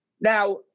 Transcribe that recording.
now